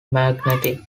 magnetic